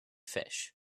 fish